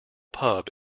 pub